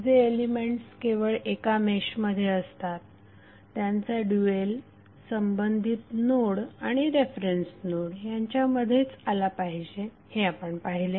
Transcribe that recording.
जे एलिमेंट्स केवळ एका मेशमध्ये असतात त्यांचा ड्यूएल संबंधित नोड आणि रेफरन्स नोड यांच्यामध्येच आला पाहिजे हे आपण पाहिले